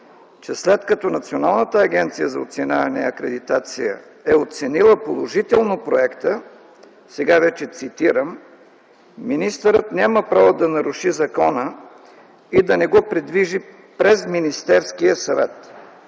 че след като Националната агенция за оценяване и акредитация оценява положително проекта, „министърът няма право да наруши закона и да не го придвижи през Министерския съвет”.